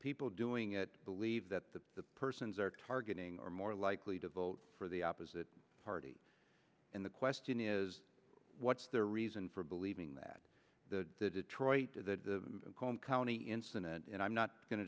people doing it believe that the persons are targeting or more likely to vote for the opposite party and the question is what's their reason for believing that the detroit county incident and i'm not going to